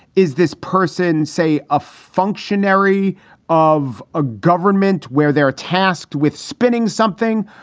is this person, say, a functionary of a government where they are tasked with spinning something?